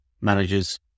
managers